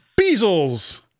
bezels